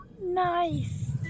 Nice